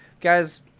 Guys